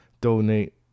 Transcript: donate